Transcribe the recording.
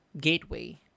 gateway